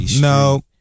no